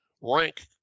rank